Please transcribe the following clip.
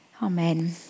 Amen